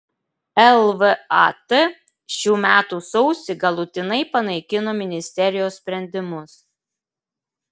lvat šių metų sausį galutinai panaikino ministerijos sprendimus